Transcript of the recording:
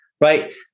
right